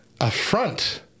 affront